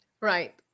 Right